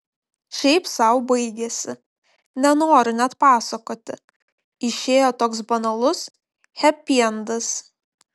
šiaip sau baigėsi nenoriu net pasakoti išėjo toks banalus hepiendas